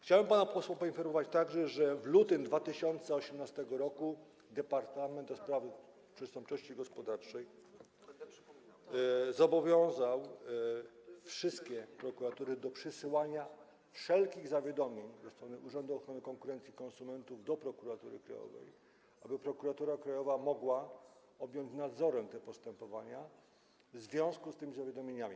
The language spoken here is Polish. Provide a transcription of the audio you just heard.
Chciałem pana posła także poinformować, że w lutym 2018 r. Departament do Spraw Przestępczości Gospodarczej zobowiązał wszystkie prokuratury do przysyłania wszelkich zawiadomień od Urzędu Ochrony Konkurencji i Konsumentów do Prokuratury Krajowej, aby Prokuratura Krajowa mogła objąć nadzorem te postępowania w związku z tymi zawiadomieniami.